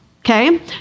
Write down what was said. okay